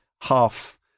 half